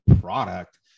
product